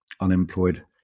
unemployed